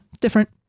Different